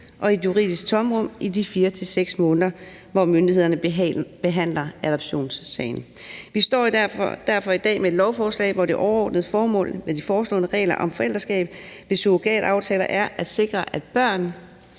og i et juridisk tomrum i de 4 til 6 måneder, hvor myndighederne behandler adoptionssagen. Vi står i derfor i dag med et lovforslag, hvor det overordnede formål med de foreslåede regler om forældreskab ved surrogataftaler er at sikre, at børn,